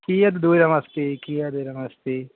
कियत् दूरमस्ति कियद्दूरमस्ति